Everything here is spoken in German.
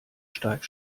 steif